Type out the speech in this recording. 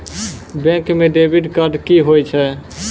Bank म debit card की होय छै?